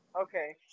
Okay